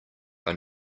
are